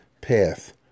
path